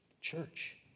church